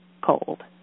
cold